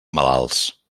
malalts